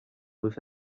with